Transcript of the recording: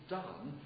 done